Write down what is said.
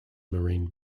marine